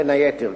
בין היתר,